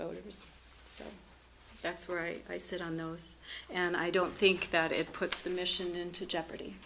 voters so that's where they sit on those and i don't think that it puts the mission into jeopardy